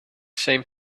same